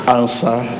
answer